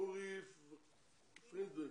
אורי פרדניק,